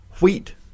wheat